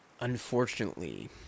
Unfortunately